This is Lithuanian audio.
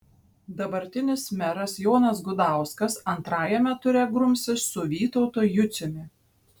dabartinis meras jonas gudauskas antrajame ture grumsis su vytautu juciumi